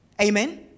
Amen